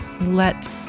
let